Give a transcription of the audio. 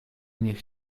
niech